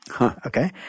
Okay